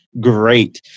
great